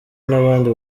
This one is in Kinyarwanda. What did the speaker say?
n’abandi